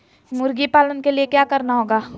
मुर्गी पालन के लिए क्या करना होगा?